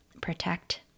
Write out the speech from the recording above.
protect